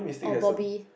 oh Bobbie